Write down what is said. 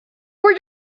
where